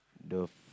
the f~